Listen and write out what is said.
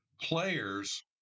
players